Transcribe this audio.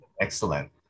excellent